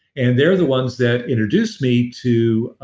and they're the ones that introduced me to